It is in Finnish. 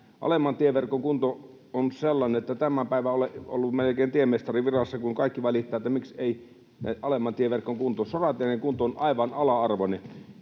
Alemman tieverkon kunto on sellainen, että tämän päivän olen ollut melkein tiemestarin virassa, kun kaikki valittavat, miksi ei alemman tieverkon kunto... Sorateiden kunto on aivan ala-arvoinen.